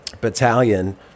Battalion